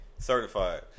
certified